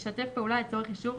ישתף פעולה לצורך אישור